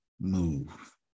move